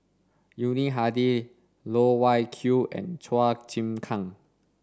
Yuni Hadi Loh Wai Kiew and Chua Chim Kang